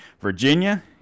Virginia